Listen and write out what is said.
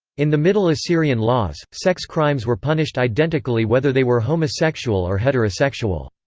in the middle assyrian laws, sex crimes were punished identically whether they were homosexual or heterosexual.